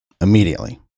immediately